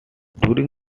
during